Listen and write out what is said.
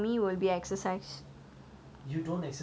you don't exercise daily what are you talking